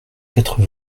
quatre